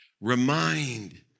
remind